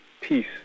peace